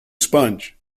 sponge